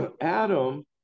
Adam